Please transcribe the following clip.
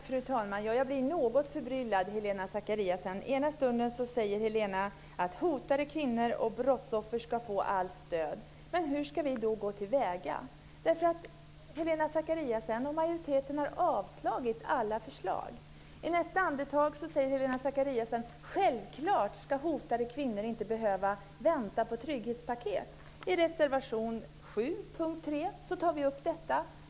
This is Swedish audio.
Fru talman! Jag blir något förbryllad, Helena Zakariasén. Ena stunden säger Helena att hotade kvinnor och brottsoffer ska få allt stöd. Men hur ska vi då gå till väga? Helena Zakariasén och majoriteten har avstyrkt alla förslag. I nästa andetag säger Helena Zakariasén: Självklart ska hotade kvinnor inte behöva vänta på trygghetspaket. I reservation 7 punkt 3 tar vi upp detta.